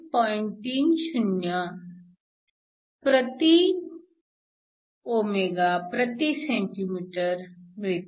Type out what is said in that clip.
30 ω 1 cm 1 मिळते